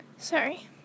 Sorry